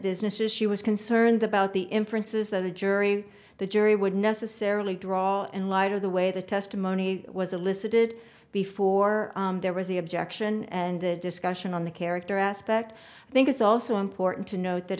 businesses she was concerned about the inferences that the jury the jury would necessarily draw in light of the way the testimony was elicited before there was the objection and that discussion on the character aspect i think it's also important to note that